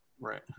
Right